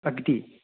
अगदी